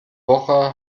woche